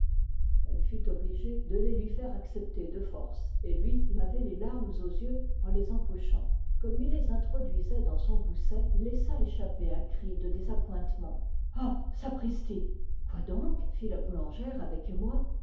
elle fut obligée de les lui faire accepter de force et lui il avait les larmes aux yeux en les empochant comme il les introduisait dans son gousset il laissa échapper un cri de désappointement ah sapristi quoi donc fit la boulangère avec émoi